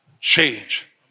change